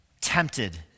tempted